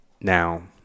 Now